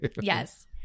Yes